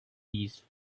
these